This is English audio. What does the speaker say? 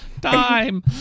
time